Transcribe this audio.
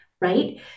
Right